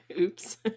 Oops